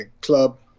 club